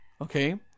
okay